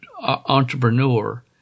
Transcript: entrepreneur